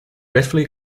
gratefully